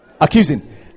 Accusing